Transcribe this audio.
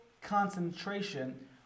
concentration